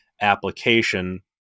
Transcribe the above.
application